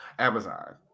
Amazon